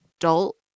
adult